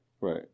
Right